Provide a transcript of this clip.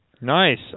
Nice